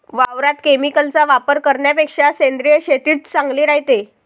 वावरात केमिकलचा वापर करन्यापेक्षा सेंद्रिय शेतीच चांगली रायते